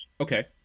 Okay